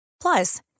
Plus